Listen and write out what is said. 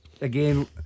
again